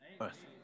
earth